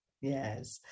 Yes